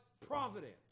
providence